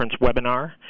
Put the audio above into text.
webinar